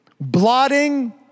blotting